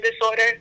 disorder